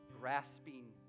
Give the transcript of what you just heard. grasping